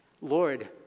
Lord